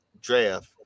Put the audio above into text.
draft